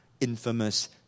infamous